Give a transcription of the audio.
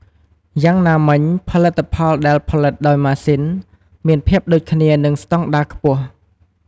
យ៉ាងណាមិញ ផលិតផលដែលផលិតដោយម៉ាស៊ីនមាន ភាពដូចគ្នា និង ស្តង់ដារ ខ្ពស់។